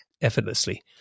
effortlessly